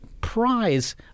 prize